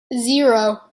zero